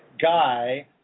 guy